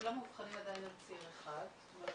הם לא מאובחנים עדיין על ציר אחד, זאת אומרת